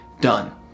done